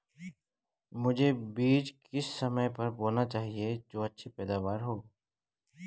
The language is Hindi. मुझे बीज किस समय पर बोना चाहिए जो अच्छी पैदावार हो?